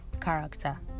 character